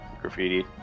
graffiti